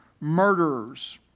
murderers